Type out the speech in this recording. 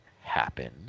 happen